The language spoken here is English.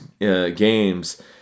games